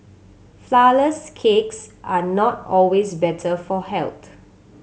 flourless cakes are not always better for health